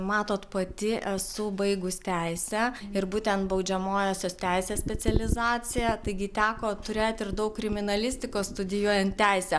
matot pati esu baigus teisę ir būtent baudžiamojosios teisės specializaciją taigi teko turėt ir daug kriminalistikos studijuojant teisę